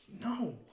No